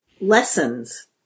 lessons